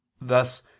thus